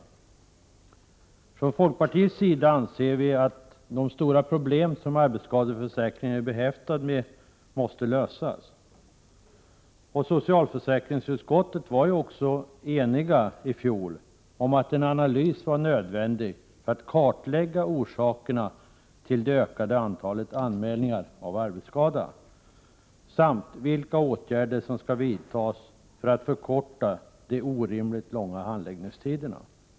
Vi från folkpartiets sida anser att de stora problem som arbetsskadeförsäkringen är behäftad med måste lösas. Socialförsäkringsutskottet var ju också enigt i fjol om att en analys var nödvändig både för att kartlägga orsakerna till det ökade antalet anmälningar om arbetsskada och för att kartlägga vilka åtgärder som måste vidtas för att förkorta de orimligt långa handläggningstiderna.